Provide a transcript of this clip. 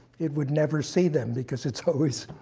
it would never see them, because it's always